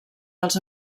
dels